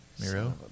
Miro